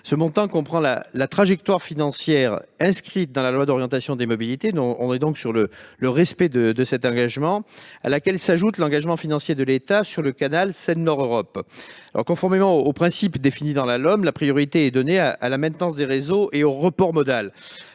Ce montant comprend la trajectoire financière inscrite dans la loi d'orientation des mobilités, que nous respectons donc, à laquelle s'ajoute l'engagement financier de l'État sur le canal Seine-Nord Europe. Conformément aux principes définis dans la LOM, la priorité est donnée à la maintenance des réseaux et au report modal.